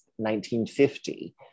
1950